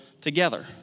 together